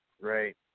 Right